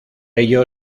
ello